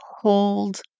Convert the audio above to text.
hold